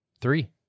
three